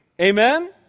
Amen